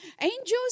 Angels